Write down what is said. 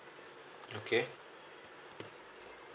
okay